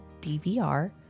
DVR